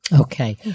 Okay